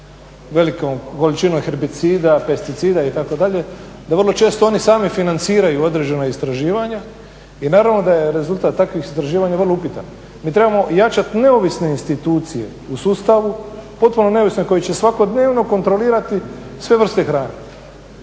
velikom količinom herbicida, pesticida itd., da vrlo često oni sami financiraju određena istraživanja i naravno da je rezultat takvih istraživanja vrlo upitan. Mi trebamo jačat neovisne institucije u sustavu, potpuno neovisne koje će svakodnevno kontrolirati sve vrste hrane.